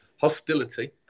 hostility